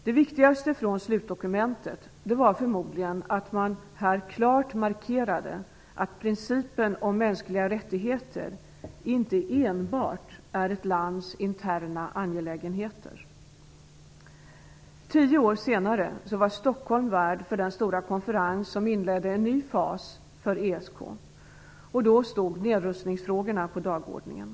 Det viktigaste från slutdokumentet är förmodligen att man här klart markerade att principen om mänskliga rättigheter inte enbart är ett lands interna angelägenheter. Tio år senare var Stockholm värd för den stora konferens som inledde en ny fas för ESK. Nedrustningsfrågorna stod då på dagordningen.